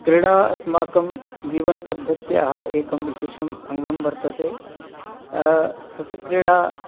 क्रीडा अस्माकं जीवनपद्धत्याः एकं विशेषम् अङ्गं वर्तते स च क्रीडा